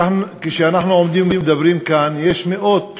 כשאנחנו עומדים ומדברים כאן, יש מאות